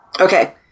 Okay